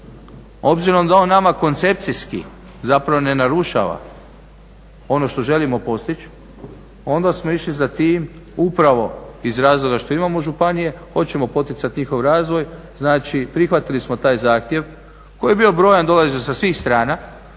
Obzirom da on nama koncepcijski ne narušava ono što želimo postići onda smo išli za tim upravo iz razloga što imamo županije, hoćemo poticati njihov razvoj znači prihvatili smo taj zahtjev i koji je dolazio sa svih strana